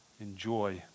Enjoy